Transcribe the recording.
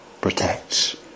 protects